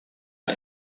got